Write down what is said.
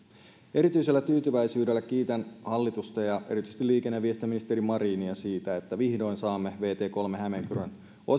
erityisellä tyytyväisyydellä kiitän hallitusta ja erityisesti liikenne ja viestintäministeri marinia siitä että vihdoin saamme vt kolmen hämeenkyrön